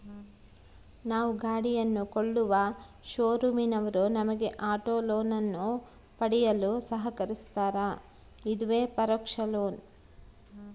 ನಾವು ಗಾಡಿಯನ್ನು ಕೊಳ್ಳುವ ಶೋರೂಮಿನವರು ನಮಗೆ ಆಟೋ ಲೋನನ್ನು ಪಡೆಯಲು ಸಹಕರಿಸ್ತಾರ, ಇದುವೇ ಪರೋಕ್ಷ ಲೋನ್